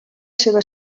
seva